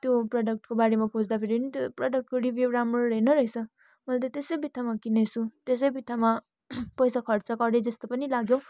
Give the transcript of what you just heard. त्यो प्रडक्टको बारेमा खोज्दाखेरि नि त्यो प्रडक्टको रिभ्यु राम्रो रहेन रहेछ अन्त त्यसै बित्थाामा किनेछु त्यसै बित्थामा पैसा खर्च गरेँ जस्तो पनि लाग्यो